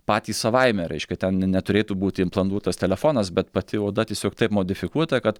patys savaime reiškia ten neturėtų būti implantuotas telefonas bet pati oda tiesiog taip modifikuota kad